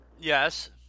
Yes